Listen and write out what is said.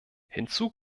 hinzu